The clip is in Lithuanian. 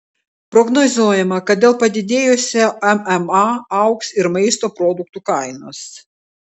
prognozuojama kad dėl padidėjusio mma augs ir maisto produktų kainos